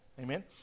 Amen